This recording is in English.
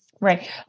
Right